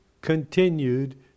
continued